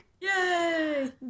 Yay